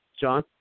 John